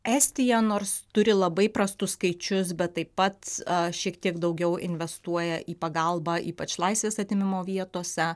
estija nors turi labai prastus skaičius bet taip pat šiek tiek daugiau investuoja į pagalbą ypač laisvės atėmimo vietose